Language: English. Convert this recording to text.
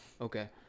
Okay